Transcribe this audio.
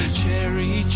cherry